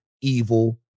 evil